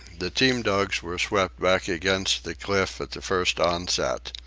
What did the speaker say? the team-dogs were swept back against the cliff at the first onset.